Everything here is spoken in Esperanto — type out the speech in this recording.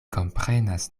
komprenas